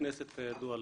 הכנסת, כידוע לי.